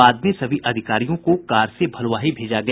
बाद में सभी अधिकारियों को कार से भलुआही भेजा गया